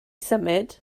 symud